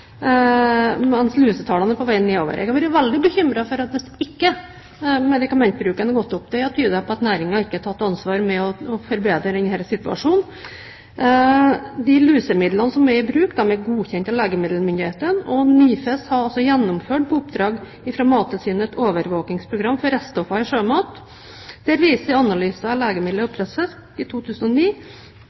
Det hadde tydet på at næringen ikke hadde tatt ansvaret for å forbedre denne situasjonen. De lusemidlene som er i bruk, er godkjent av legemiddelmyndighetene, og NIFES har gjennomført, på oppdrag fra Mattilsynet, et overvåkningsprogram for restavfall av sjømat. Der viser analyser av legemidler i oppdrettsfisk i 2009